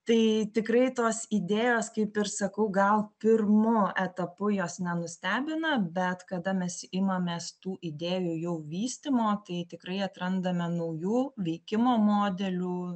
tai tikrai tos idėjos kaip ir sakau gal pirmu etapu jos nenustebina bet kada mes imamės tų idėjų jau vystymo tai tikrai atrandame naujų veikimo modelių